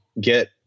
get